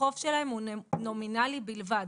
החוב שלהם הוא נומינלי בלבד.